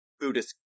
Buddhist